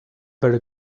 very